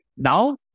Now